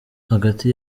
hagati